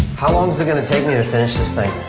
how long is it gonna take me to finish this thing?